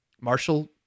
Marshall